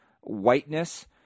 whiteness